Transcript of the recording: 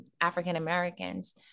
African-Americans